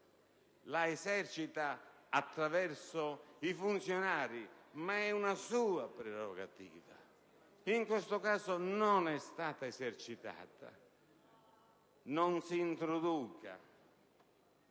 la esercita attraverso i funzionari, ma è una sua prerogativa. In questo caso, non è stata esercitata; non si introduca